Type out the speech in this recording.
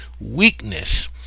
weakness